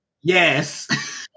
Yes